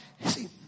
See